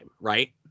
right